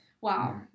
Wow